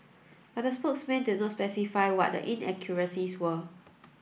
but the spokesman did not specify what the inaccuracies were